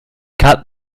cut